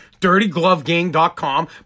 DirtyGloveGang.com